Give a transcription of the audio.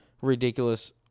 ridiculous